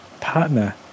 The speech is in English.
partner